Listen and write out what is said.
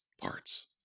parts